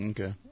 Okay